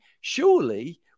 surely